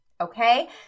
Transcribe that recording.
Okay